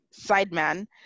sideman